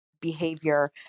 behavior